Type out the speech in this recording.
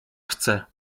chcę